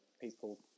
people